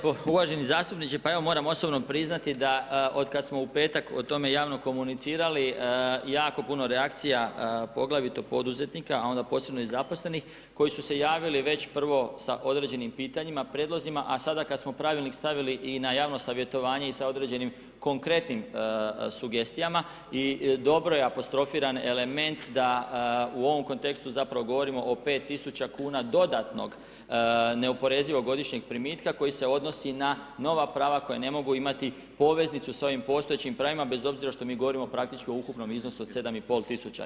Hvala lijepo uvaženi zastupniče, pa evo moram osobno priznati, da od kada smo u petak o tome javno komunicirali, jako puno reakcija, poglavito poduzetnika, a onda posebno i zaposlenih, koji su se javili prvo, sa određenim pitanjima, prijedlozima a sada kada smo pravilnik stavili i na javno savjetovanje i sa određenim konkretnim sugestijama, i dobro je apostrofiran element da u ovom kontekstu zapravo govorimo o 5000 kn dodatno neoporezivog godišnjeg primitka, koji se odnosi na nova prava, koja ne mogu imati poveznicu sa ovim postojećim pravima, bez obzira što mi govorimo praktičko o ukupnom iznosu od 1500.